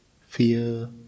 fear